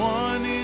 one